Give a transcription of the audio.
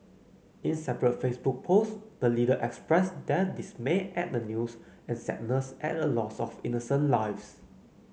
in separate Facebook posts the leader expressed their dismay at the news and sadness at the loss of innocent lives